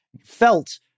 felt